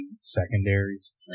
secondaries